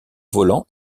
volant